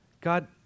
God